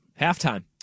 Halftime